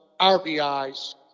RBIs